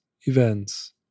events